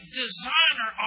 designer